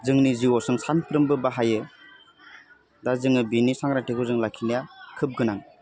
जोंनि जिवाव जों सामफ्रोमबो बाहायो दा जोङो बेनि सांग्रांथिखौ जों लाखिनाय खोब गोनां